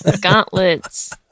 Gauntlets